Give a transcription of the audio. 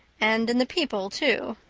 and in the people too.